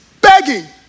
begging